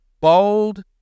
Bold